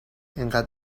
انقد